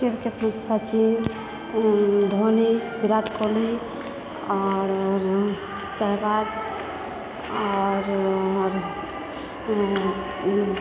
क्रिकेटमे सचिन तहन धोनी विराट कोहली आओर सहवाज आओर आओर